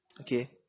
Okay